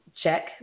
check